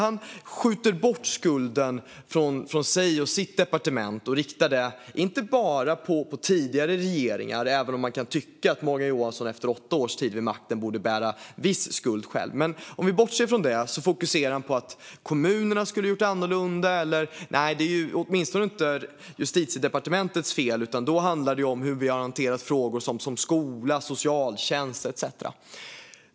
Han skjuter bort skulden från sig och sitt departement och lägger den bland annat på tidigare regeringar. Man kan visserligen tycka att Morgan Johansson efter åtta år vid makten borde bära viss skuld själv, men vi kan bortse från det. Han lägger också skuld på kommunerna, som skulle ha gjort annorlunda. Det är åtminstone inte Justitiedepartementets fel, utan det handlar om hur man har hanterat frågor som skola, socialtjänst etcetera.